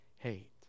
hate